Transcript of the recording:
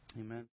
Amen